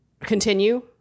continue